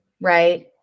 right